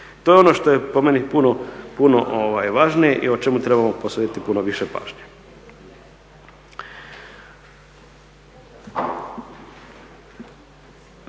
To je ono što je po meni puno, puno važnije i o čemu trebamo posvetiti puno više pažnje.